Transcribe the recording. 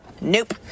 Nope